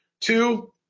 Two